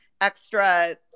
extra